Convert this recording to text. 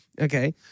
okay